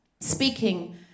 speaking